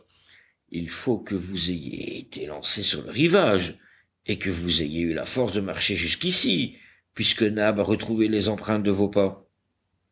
il faut que vous ayez été lancé sur le rivage et que vous ayez eu la force de marcher jusqu'ici puisque nab a retrouvé les empreintes de vos pas